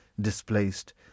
displaced